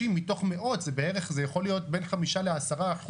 30 מתוך מאות זה יכול להיות בין 5% ל-10%